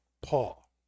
Paul